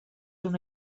una